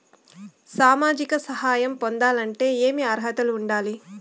సామాజిక సహాయం పొందాలంటే ఏమి అర్హత ఉండాలి?